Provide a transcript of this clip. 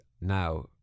now